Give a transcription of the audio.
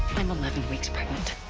i'm eleven weeks pregnant.